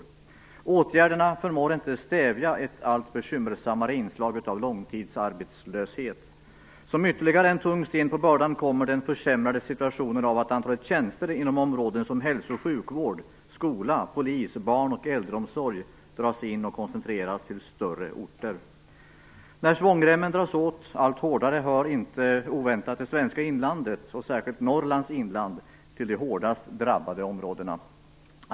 Åtgärderna förmår inte stävja ett allt bekymmersammare inslag av långtidsarbetslöshet. Som ytterligare en tung sten på bördan kommer den försämrade situationen av att antalet tjänster inom områden som hälso och sjukvård, skola, polis och barn och äldreomsorg dras in och koncentreras till större orter. När svångremmen dras åt allt hårdare hör inte oväntat det svenska inlandet, och särskilt Norrlands inland, till de hårdast drabbade områdena.